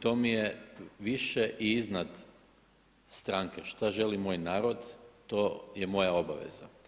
to mi je više i iznad stranke šta želi moj narod to je moja obaveza.